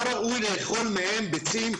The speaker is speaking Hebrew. לא ראוי לאכול מהם ביצים.